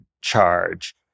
charge